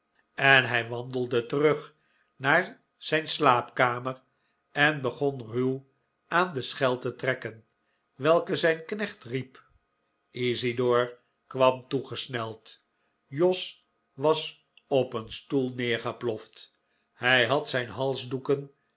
en hij wandelde terug naar zijn slaapkamer en begon ruw aan de schel te trekken welke zijn knecht riep isidor kwam toegesneld jos was op een stoel neergeploft hij had zijn